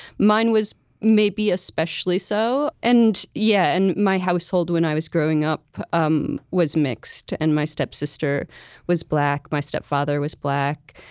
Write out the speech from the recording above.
mine was maybe especially so. and yeah and my household when i was growing up um was mixed. and my stepsister was black, my stepfather was black.